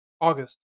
August